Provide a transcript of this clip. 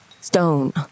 stone